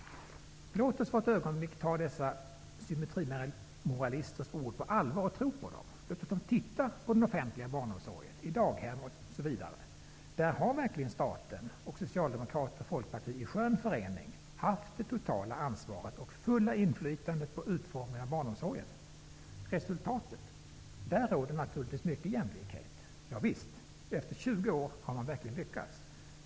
Låt oss för ett ögonblick ta dessa symmetrimoralisters ord på allvar och tro på dem. Låt oss då titta på den offentliga barnomsorgen i daghem, osv. Där har verkligen staten, Socialdemokraterna och Folkpartiet i skön förening haft det totala ansvaret och fulla inflytandet på utformningen av barnomsorgen. Resultatet? Där råder naturligtvis mycket stor jämlikhet? Ja visst! Efter 20 år har man verkligen lyckats.